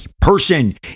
person